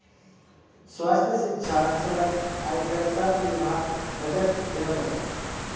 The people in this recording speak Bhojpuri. स्वास्थ्य, सिक्षा, सड़क, आयकर सब विभाग बजट देवलन